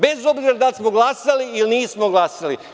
Bez obzira da li smo glasali ili nismo glasali.